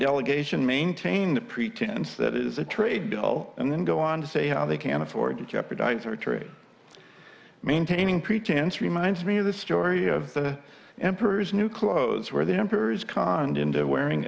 delegation maintain the pretense that it is a trade bill and then go on to say how they can afford to jeopardize their trade maintaining pretense reminds me of the story of the emperor's new clothes where the emperor is conned into wearing